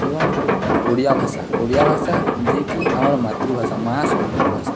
ଏବଂ ଓଡ଼ିଆ ଭାଷା ଓଡ଼ିଆ ଭାଷା ଯିଏ କି ଆମର ମାତୃଭାଷା ମା' ସମାନର ଭାଷା